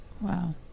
wow